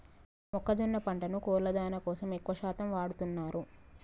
మొక్కజొన్న పంటను కోళ్ళ దానా కోసం ఎక్కువ శాతం వాడుతున్నారు